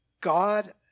God